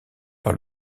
par